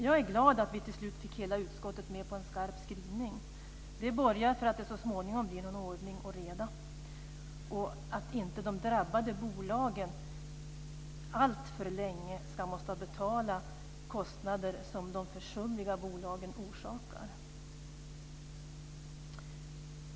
Jag är glad att vi till slut fick hela utskottet med på en skarp skrivning. Det börjar att så småningom bli ordning och reda, så att inte de drabbade bolagen alltför länge måste betala kostnader som de försumliga bolagen orsakar.